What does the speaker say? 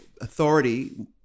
authority